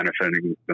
benefiting